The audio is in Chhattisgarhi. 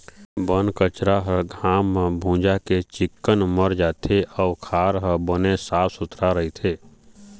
बन कचरा ह घाम म भूंजा के चिक्कन मर जाथे अउ खार ह बने साफ सुथरा रहिथे